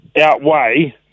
outweigh